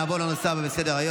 נעבור לנושא הבא בסדר-היום,